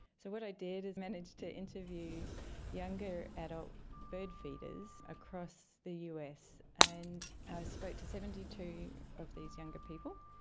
so what i did is managed to interview younger adult birdfeeders across the us and i spoke to seventy two of these younger people,